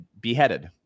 beheaded